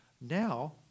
Now